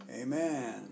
Amen